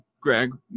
greg